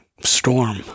storm